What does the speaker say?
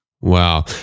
Wow